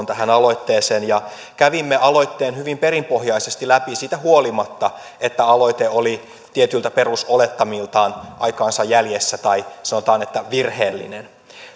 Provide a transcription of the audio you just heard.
tähän aloitteeseen ja kävimme aloitteen hyvin perinpohjaisesti läpi siitä huolimatta että aloite oli tietyiltä perusolettamiltaan aikaansa jäljessä tai sanotaan virheellinen